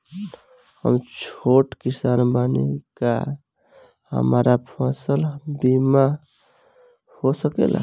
हम छोट किसान बानी का हमरा फसल बीमा हो सकेला?